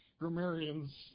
Grammarians